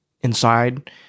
inside